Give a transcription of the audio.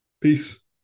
Peace